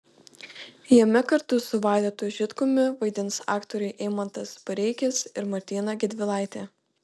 jame kartu su vaidotu žitkumi vaidins aktoriai eimantas bareikis ir martyna gedvilaitė